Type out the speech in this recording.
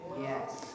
Yes